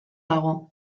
dago